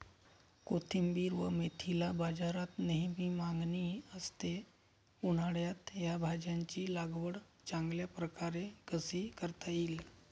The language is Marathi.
कोथिंबिर व मेथीला बाजारात नेहमी मागणी असते, उन्हाळ्यात या भाज्यांची लागवड चांगल्या प्रकारे कशी करता येईल?